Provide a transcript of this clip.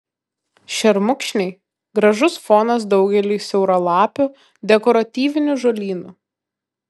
šermukšniai gražus fonas daugeliui siauralapių dekoratyvinių žolynų